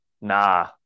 Nah